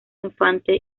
infante